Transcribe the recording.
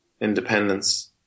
independence